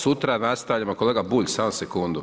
Sutra nastavljamo, kolega Bulj, samo sekundu.